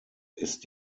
ist